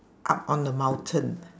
up on the mountain